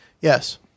Yes